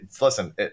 listen